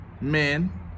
men